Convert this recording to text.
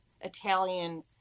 Italian